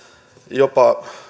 jopa